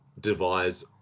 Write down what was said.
devise